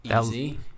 Easy